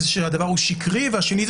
שהדבר הוא שקרי והשני,